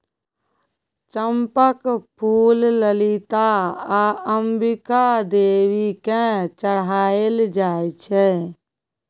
चंपाक फुल ललिता आ अंबिका देवी केँ चढ़ाएल जाइ छै